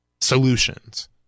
solutions